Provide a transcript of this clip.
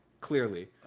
clearly